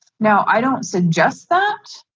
now, i don't suggest that.